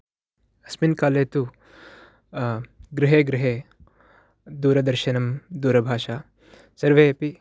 अस्मिन् कोले तु गृहे गृहे दूरदर्शनं दूरभाषा सर्वेपि